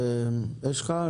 אין הערות, יש לך?